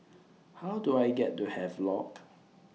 How Do I get to Havelock